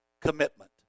commitment